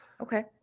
Okay